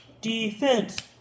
defense